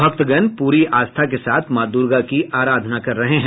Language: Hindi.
भक्तगण पूरी आस्था के साथ माँ दूर्गा की अराधना कर रहे हैं